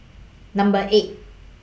Number eight